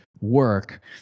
work